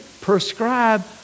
prescribe